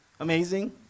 Amazing